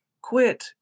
quit